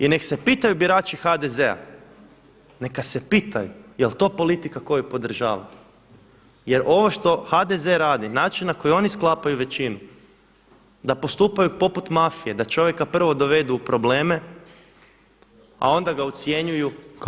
I nek se pitaju birači HDZ-a neka se pitaju jeli to politika koju podržavaju jer ovo što HDZ radi, način na koji oni sklapaju većinu da postupaju poput mafije, da čovjeka prvog dovedu u probleme, a onda ga ucjenjuju.